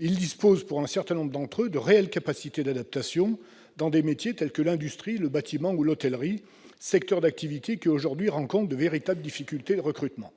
Ils disposent, pour un certain nombre d'entre eux, de réelles capacités d'adaptation dans des métiers tels que l'industrie, le bâtiment ou l'hôtellerie, secteurs d'activité qui aujourd'hui rencontrent de véritables difficultés de recrutement.